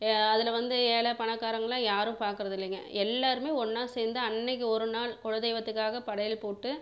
அதில் வந்து ஏழை பணக்காரங்கல்லாம் யாரும் பார்க்குறது இல்லைங்க எல்லாேருமே ஒன்றா சேர்ந்து அன்னைக்கி ஒரு நாள் குலதெய்வத்துக்காக படையல் போட்டு